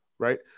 right